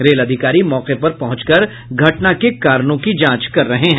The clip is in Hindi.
रेल अधिकारी मौके पर पहुंचकर घटना के कारणों की जांच कर रहे हैं